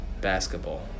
basketball